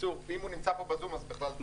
בקיצור, אם הוא נמצא פה, בזום, אז...